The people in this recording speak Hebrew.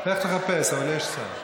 לך תחפש, אבל יש שר.